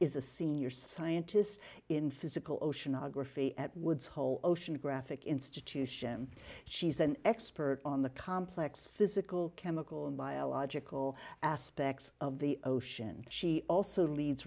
is a senior scientist in physical oceanography at woods hole oceanographic institution she's an expert on the complex physical chemical and biological aspects of the ocean she also leads